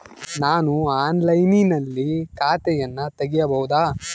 ನಾನು ಆನ್ಲೈನಿನಲ್ಲಿ ಖಾತೆಯನ್ನ ತೆಗೆಯಬಹುದಾ?